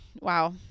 Wow